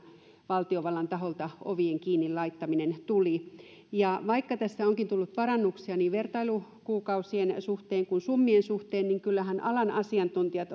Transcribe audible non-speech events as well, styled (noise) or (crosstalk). valtiovallan taholta tämä ovien kiinni laittaminen tuli vaikka tässä onkin tullut parannuksia niin vertailukuukausien suhteen kuin summien suhteen niin kyllähän alan asiantuntijat (unintelligible)